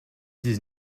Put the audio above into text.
dix